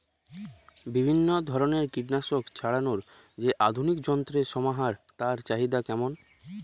বিভিন্ন ধরনের কীটনাশক ছড়ানোর যে আধুনিক যন্ত্রের সমাহার তার চাহিদা কেমন?